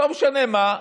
לא משנה מה,